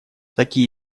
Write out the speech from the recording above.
такие